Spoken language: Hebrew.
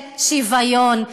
של שוויון.